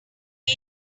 was